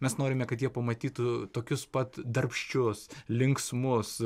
mes norime kad jie pamatytų tokius pat darbščius linksmus